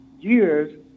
years